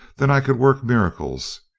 than i could work miracles